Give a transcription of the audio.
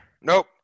Nope